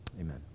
Amen